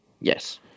Yes